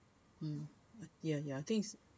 um ya ya I think it's